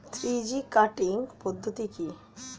Three G cutting পদ্ধতি কি?